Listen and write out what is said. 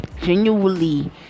genuinely